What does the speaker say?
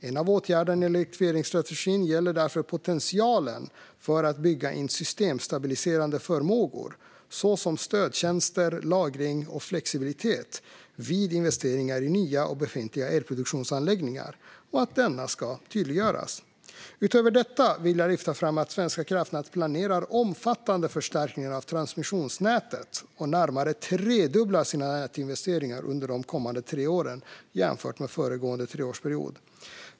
En av åtgärderna i elektrifieringsstrategin gäller därför potentialen för att bygga in systemstabiliserande förmågor såsom stödtjänster, lagring och flexibilitet vid investeringar i nya och befintliga elproduktionsanläggningar och att denna ska tydliggöras. Utöver detta vill jag lyfta fram att Svenska kraftnät planerar omfattande förstärkningar av transmissionsnätet och närmare tredubblar sina nätinvesteringar under de kommande tre åren jämfört med föregående treårsperiod.